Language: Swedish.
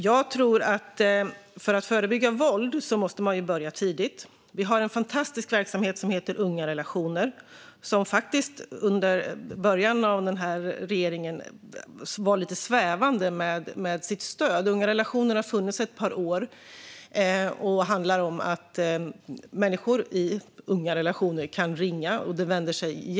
Jag tror att man måste börja tidigt för att kunna förebygga våld. Vi har en fantastisk verksamhet som heter ungarelationer.se. I början var denna regering faktiskt lite svävande med sitt stöd. Ungarelationer.se har funnits ett par år. Unga människor kan ringa.